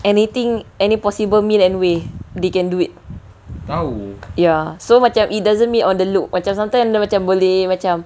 anything any possible mean and way they can do it ya so macam it doesn't mean on the look macam sometimes dia macam boleh macam